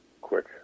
quick